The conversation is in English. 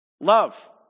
love